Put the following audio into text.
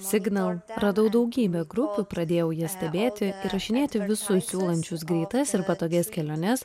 signal radau daugybę grupių pradėjau jas stebėti įrašinėti visus siūlančius greitas ir patogias keliones